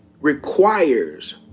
requires